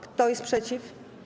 Kto jest przeciw?